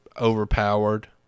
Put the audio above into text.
overpowered